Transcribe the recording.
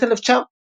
בשנת 1903,